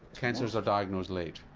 cancers are diagnosed late?